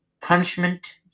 punishment